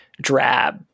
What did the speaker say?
Drab